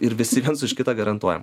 ir visi viens už kitą garantuojam